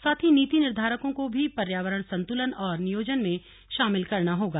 साथ ही नीति निर्धारकों को भी पर्यावरण संतुलन और नियोजन में शामिल करना होगा